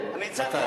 נכון.